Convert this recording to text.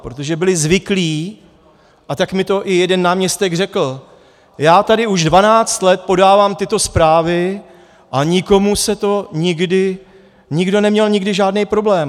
Protože byli zvyklí, a tak mi to i jeden náměstek řekl, já tady už 12 let podávám tyto zprávy a nikomu se to nikdy, nikdo neměl nikdy žádný problém.